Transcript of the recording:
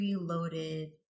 preloaded